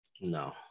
No